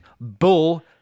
bull